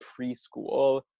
preschool